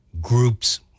groups